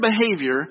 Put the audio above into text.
behavior